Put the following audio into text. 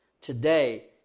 today